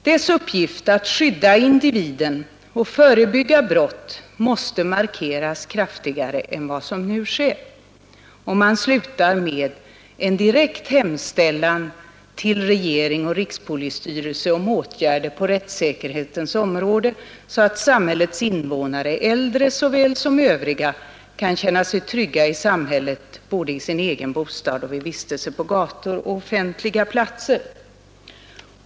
Dess uppgift att skydda individen och förebygga brott måste markeras kraftigare än vad som nu sker.” Och man slutar med en direkt hemställan till regeringen och rikspolisstyrelsen om åtgärder på rättssäkerhetens område, så att ”samhällets innevånare, äldre såväl som övriga, kan känna sig trygga i samhället både i sin egen bostad och vid vistelse på gator och offentliga platser”.